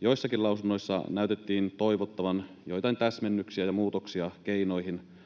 Joissakin lausunnoissa näytettiin toivovan joitain täsmennyksiä ja muutoksia keinoihin